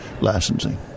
licensing